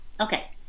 Okay